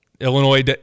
Illinois